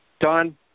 Don